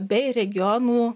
bei regionų